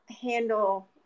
handle